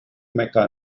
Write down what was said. mecca